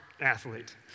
athlete